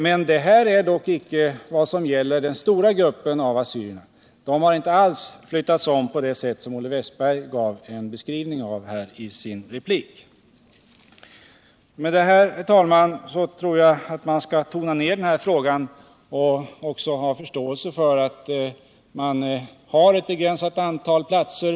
Men det är dock icke vad som gäller den stora gruppen assyrier, vilken inte alls har flyttats om på det sätt som Olle Wästberg beskrev i sin replik. Med detta, herr talman, tror jag att man skall tona ned denna fråga och även — Nr 118 ha förståelse för att det endast finns ett begränsat antal platser.